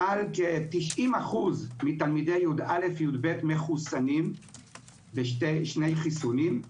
מעל 90% מתלמידי י"א-י"ב מחוסנים בשני חיסונים.